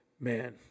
Man